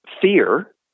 fear